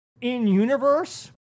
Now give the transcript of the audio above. in-universe